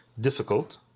difficult